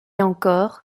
encore